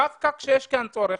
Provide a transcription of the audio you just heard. דווקא כשיש כאן צורך,